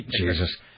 Jesus